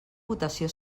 votació